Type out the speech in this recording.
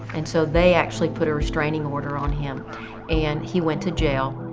and so they actually put a restraining order on him and he went to jail.